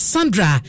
Sandra